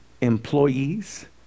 Employees